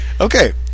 Okay